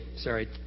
Sorry